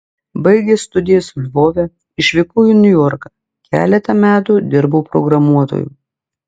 baigęs studijas lvove išvykau į niujorką keletą metų dirbau programuotoju